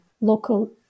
local